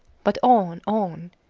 but on, on,